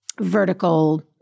vertical